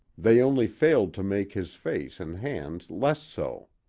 they only failed to make his face and hands less so.